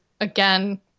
again